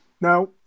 Now